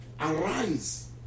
Arise